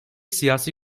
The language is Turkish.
siyasi